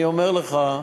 אני אומר לך,